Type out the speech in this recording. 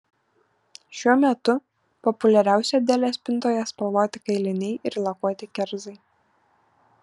šiuo metu populiariausi adelės spintoje spalvoti kailiniai ir lakuoti kerzai